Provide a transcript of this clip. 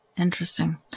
Interesting